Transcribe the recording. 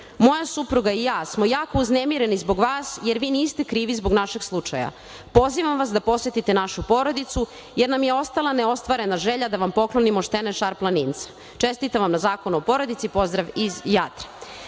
Moja supruga i ja smo jako uznemireni zbog vas jer vi niste krivi zbog našeg slučaja. Pozivam vas da posetite našu porodicu jer nam je ostala neostvarena želja da vam poklonimo štene šarplaninca. Čestitam vam na Zakonu o porodici. Pozdrav iz